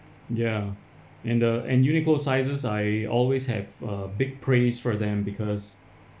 ya and the and Uniqlo sizes I always have a big praise for them because